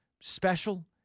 special